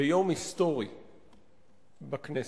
ביום היסטורי בכנסת,